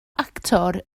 actor